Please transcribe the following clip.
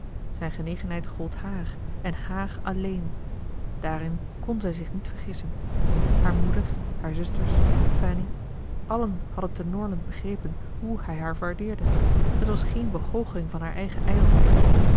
zijn genegenheid gold haar en haar alléén daarin kon zij zich niet vergissen haar moeder haar zusters fanny allen hadden te norland begrepen hoe hij haar waardeerde het was geen begoocheling van haar eigen